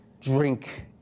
drink